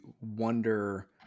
wonder